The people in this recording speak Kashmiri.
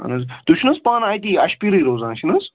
اہن حظ تُہۍ چھُو نہٕ حظ پانہٕ اَتی اَشپیٖرٕے روزان چھِ نہٕ حظ